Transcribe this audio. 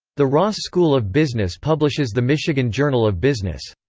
the ross school of business publishes the michigan journal of business.